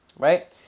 Right